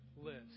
list